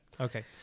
Okay